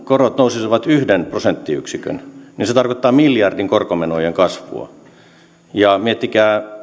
korot nousisivat yhden prosenttiyksikön niin se tarkoittaa miljardin korkomenojen kasvua miettikää